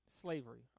slavery